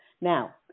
Now